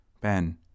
Ben